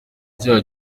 cyaha